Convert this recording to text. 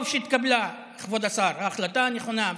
טוב שהתקבלה, כבוד השר, ההחלטה הנכונה.